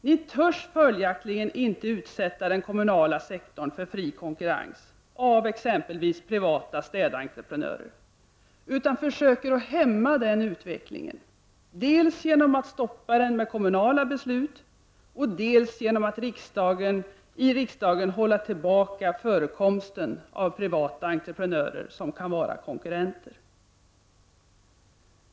Ni törs följaktligen inte utsätta den kommunala sektorn för fri konkurrens av exempelvis privata städentreprenörer, utan ni försöker hämma den utvecklingen — dels genom att stoppa den med kommunala beslut, dels genom att i riksdagen hålla tillbaka förekomsten av privata entreprenörer som kan vara konkurrenter.